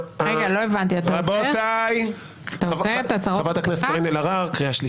יואב סגלוביץ' ואז אורית ואז קארין להערות